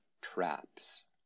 traps